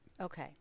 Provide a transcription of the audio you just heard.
Okay